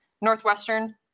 northwestern